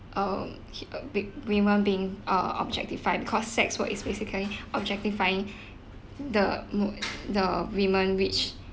err hi~ wo~ women being err objectified because sex work is basically objectifying the mu~ the women which